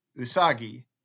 Usagi